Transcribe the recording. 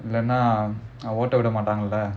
என்ன ஊட்ட விட மாட்டாங்களா:enna oota vida maataangalaa